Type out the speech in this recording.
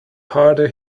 harder